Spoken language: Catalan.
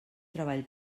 treball